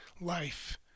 life